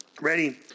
Ready